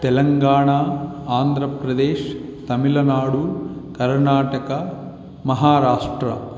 Telangana Andhra Pradesh Tamil Nadu Karnataka Maharashtra